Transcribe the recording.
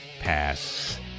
Pass